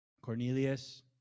Cornelius